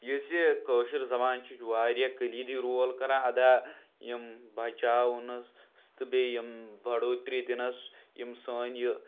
یُس یہِ کٲشِر زبان چھِ یہِ چھِ واریاہ کلیٖدی رول کَران اَدا یِم بَچاونَس تہٕ بیٚیہِ یِم بَڈوتِرٛی دِنَس یِم سٲنۍ یہِ